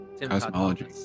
Cosmology